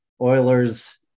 Oilers